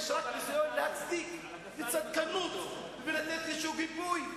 יש רק ניסיון להצדיק, וצדקנות, ולתת איזה גיבוי.